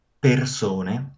persone